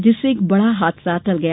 जिससे एक बड़ा हादसा टल गया